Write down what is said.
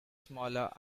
smaller